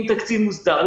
עם תקציב מוסדר,